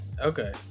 Okay